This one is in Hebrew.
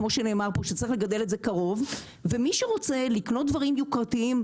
כמו שנאמר פה שצריך לגדל את זה קרוב ומי שרוצה לקנות דברים יוקרתיים,